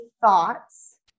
thoughts